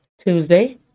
Tuesday